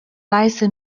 weise